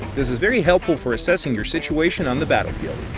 this is very helpful for assessing your situation on the battlefield.